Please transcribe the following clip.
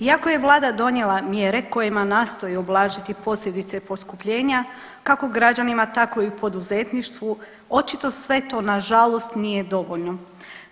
Iako je vlada donijela mjere kojima nastoji ublažiti posljedice poskupljenja kako građanima tako i poduzetništvu očito sve to nažalost nije dovoljno,